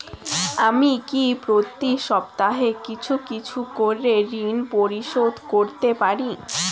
আমি কি প্রতি সপ্তাহে কিছু কিছু করে ঋন পরিশোধ করতে পারি?